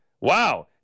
Wow